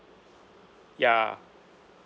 ya